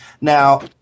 Now